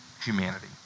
humanity